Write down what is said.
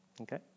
Okay